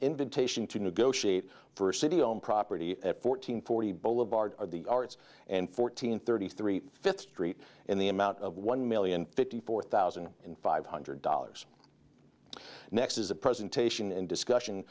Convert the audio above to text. invitation to negotiate for city owned property at fourteen forty boulevard of the arts and fourteen thirty three fifth street in the amount of one million fifty four thousand and five hundred dollars next is a presentation and discussion